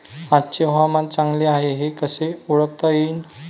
आजचे हवामान चांगले हाये हे कसे ओळखता येईन?